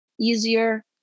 easier